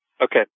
Okay